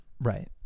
Right